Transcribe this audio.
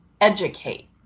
educate